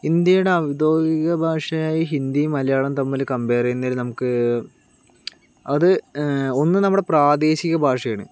ഇന്ത്യയുടെ ഔദ്യോഗിക ഭാഷയായി ഹിന്ദിയും മലയാളം തമ്മിൽ കമ്പയർ ചെയ്യുന്നതിൽ നമുക്ക് അത് ഒന്ന് നമ്മുടെ പ്രാദേശിക ഭാഷയാണ്